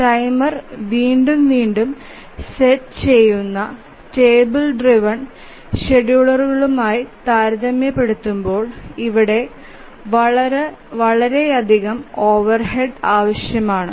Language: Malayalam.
ടൈമർ വീണ്ടും വീണ്ടും സെറ്റ് ചെയുന്നു ടേബിൾ ഡ്രൈവ്എൻ ഷെഡ്യൂളറുമായി താരതമ്യപ്പെടുത്തുമ്പോൾ ഇവിടെ വളരെയധികം ഓവർഹെഡ് ആവശ്യമാണ്